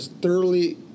thoroughly